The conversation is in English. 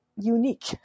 unique